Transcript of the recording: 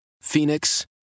Phoenix